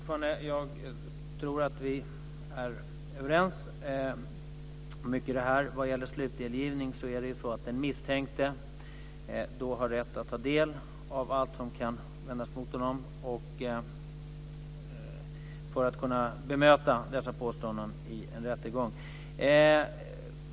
Fru talman! Jag tror att vi är överens om mycket. Vad gäller slutdelgivning är det så att den misstänkte har rätt att ta del av allt som kan vändas mot honom och för att kunna bemöta dessa påståenden i en rättegång.